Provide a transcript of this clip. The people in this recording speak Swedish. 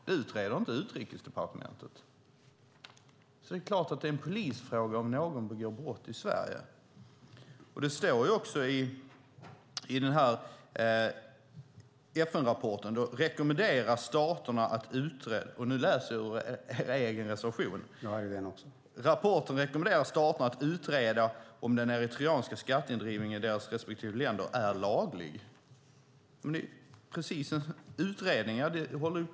Det är inte Utrikesdepartementet som utreder detta. Det är klart att det är en polisfråga om någon begår brott i Sverige. I denna FN-rapport rekommenderas staterna att utreda om den eritreanska skatteindrivningen i deras respektive länder är laglig. Detta läser jag i er egen reservation.